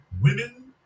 women